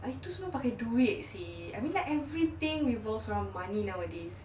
itu semua pakai duit seh do it see I mean like everything revolves around money nowadays